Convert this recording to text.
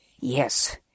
Yes